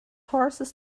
horses